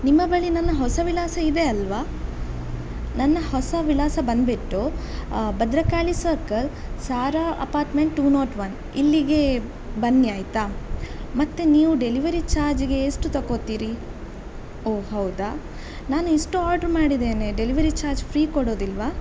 ನಿಮ್ಮ ಬಳಿ ನನ್ನ ಹೊಸ ವಿಳಾಸ ಇದೆ ಅಲ್ಲವಾ ನನ್ನ ಹೊಸ ವಿಳಾಸ ಬಂದುಬಿಟ್ಟು Bhadrakali circle Sara apartment two nought one ಇಲ್ಲಿಗೆ ಬನ್ನಿ ಆಯಿತಾ ಮತ್ತು ನೀವು ಡೆಲಿವರಿ ಚಾರ್ಜಿಗೆ ಎಷ್ಟು ತಕೊತ್ತೀರಿ ಓಹ್ ಹೌದಾ ನಾನು ಇಷ್ಟು ಆರ್ಡರ್ ಮಾಡಿದ್ದೇನೆ ಡೆಲಿವರಿ ಚಾರ್ಜ್ ಫ್ರೀ ಕೊಡೋದಿಲ್ವಾ